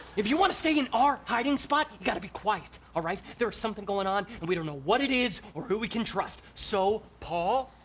if you want to stay in our hiding spot, you got to be quiet. all right, there's something going on and we don't know what it is or who we can trust so paul,